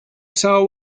saw